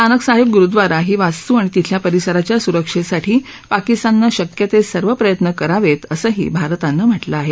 नानक साहेब ग्रुद्वारा ही वास्तू आणि तिथल्या परिसराच्या स्रक्षेसाठी पाकिस्ताननं शक्य ते सर्व प्रयत्न करावेत असंही भारतानं म्हटलं आहे